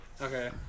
Okay